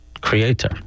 creator